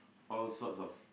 all sorts of